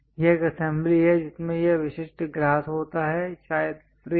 यह एक असेंबली है जिसमें यह विशिष्ट ग्लास होता है शायद फ्रेम